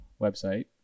website